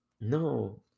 no